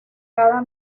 cada